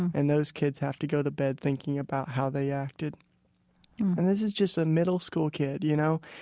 and those kids have to go to bed thinking about how they acted and this is just a middle school kid, you know.